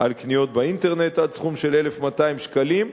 על קניות באינטרנט עד סכום של 1,200 שקלים.